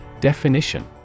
Definition